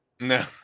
No